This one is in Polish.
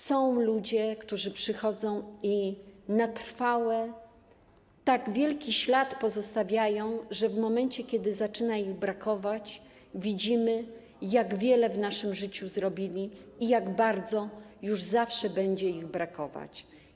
Są ludzie, którzy przychodzą i na trwałe pozostawiają tak wielki ślad, że w momencie kiedy zaczyna ich brakować, widzimy, jak wiele w naszym życiu zrobili i jak bardzo już zawsze będzie ich brakować.